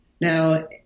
Now